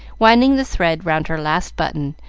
winding the thread round her last button,